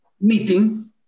meeting